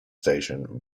station